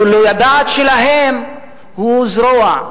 גילוי הדעת שלהם הוא זרוע,